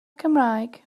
cymraeg